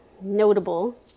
notable